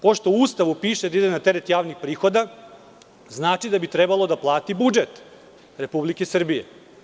Pošto u Ustavu piše da ide na teret javnih prihoda, znači da bi trebalo da plati budžet Republike Srbije.